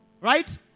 Right